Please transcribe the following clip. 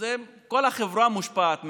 כל החברה מושפעת מזה.